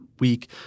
Week